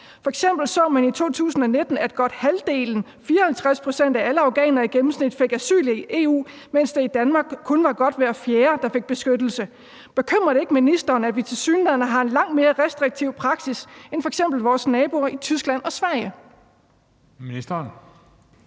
så man i 2019, at godt halvdelen, 54 pct., af alle afghanere i gennemsnit fik asyl i EU, mens det i Danmark kun var godt hver fjerde, der fik beskyttelse. Bekymrer det ikke ministeren, at vi tilsyneladende har en langt mere restriktiv praksis end f.eks. vores naboer i Tyskland og Sverige?